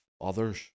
others